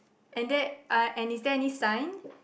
and is there any sign